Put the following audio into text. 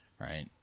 right